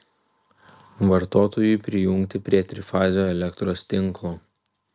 vartotojui prijungti prie trifazio elektros tinklo